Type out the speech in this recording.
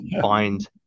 find